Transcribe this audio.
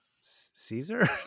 Caesar